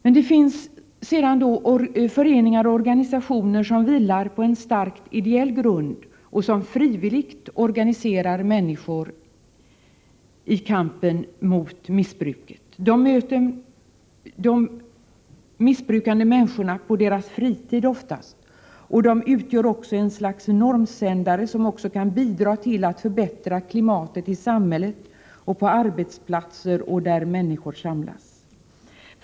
Men det finns föreningar och organisationer som vilar på en stark ideell grund och som frivilligt organiserar människor i kampen mot missbruket. De möter de missbrukande människorna oftast på deras fritid, och de utgör också ett slags normsändare som kan bidra till att förbättra klimatet i samhället, på arbetsplatser och där människor samlas.